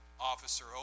officer